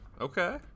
okay